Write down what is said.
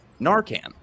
Narcan